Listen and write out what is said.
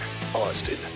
Austin